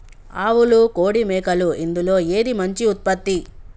ఆవులు కోడి మేకలు ఇందులో ఏది మంచి ఉత్పత్తి?